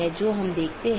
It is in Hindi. बल्कि कई चीजें हैं